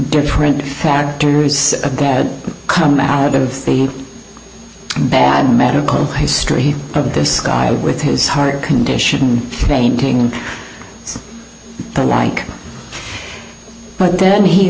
different factors a dad come out of the bad medical history of this guy with his heart condition fainting and the like but then he